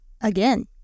again